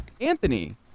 Anthony